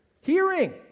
Hearing